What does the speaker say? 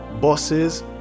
bosses